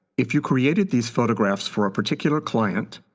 if you created these photographs for a particular client,